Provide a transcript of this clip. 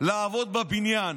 לעבוד בבניין.